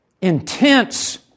intense